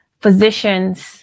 physicians